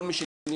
כל מי שנרשם,